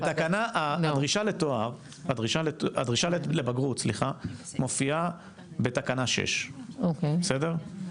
הדרישה לבגרות מופיעה בתקנה שש, בסדר?